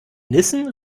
nissen